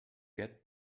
get